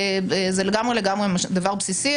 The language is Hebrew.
זה לגמרי לגמרי דבר בסיסי.